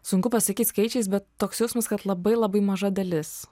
sunku pasakyt skaičiais bet toks jausmas kad labai labai maža dalis